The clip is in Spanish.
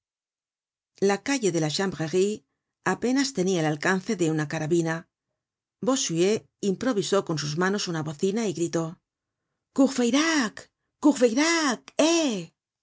la calle de la chanvrerie apenas tenia el alcance de una carabina bossuet improvisó con sus manos una bocina y gritó